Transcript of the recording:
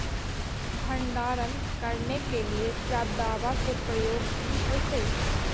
भंडारन करने के लिय क्या दाबा के प्रयोग भी होयतय?